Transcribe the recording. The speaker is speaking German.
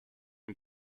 und